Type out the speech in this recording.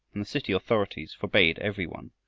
and the city authorities forbade every one,